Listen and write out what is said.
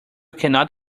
cannot